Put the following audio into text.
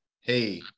Hey